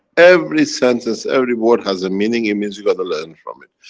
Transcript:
every sentence, every word has a meaning, it means you got to learn from it.